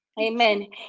Amen